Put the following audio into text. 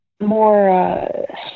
more